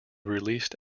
released